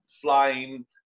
flying